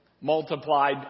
multiplied